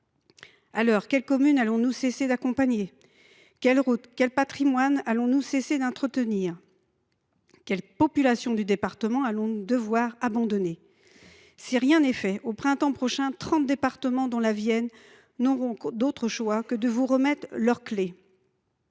civile. Quelle commune allons nous cesser d’accompagner ? Quelles routes, quel patrimoine allons nous cesser d’entretenir ? Quelle population du département allons nous devoir abandonner ? Si rien n’est fait, au printemps prochain, trente départements, dont la Vienne, n’auront d’autre choix que de vous remettre leurs clés.